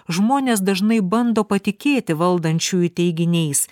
žmonės dažnai bando patikėti valdančiųjų teiginiais